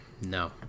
no